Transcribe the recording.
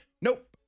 nope